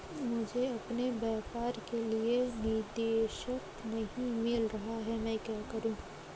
मुझे अपने व्यापार के लिए निदेशक नहीं मिल रहा है मैं क्या करूं?